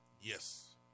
Yes